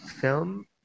film